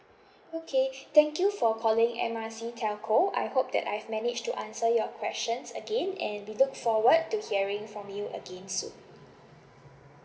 okay thank you for calling M R C telco I hope that I've managed to answer your questions again and we look forward to hearing from you again soon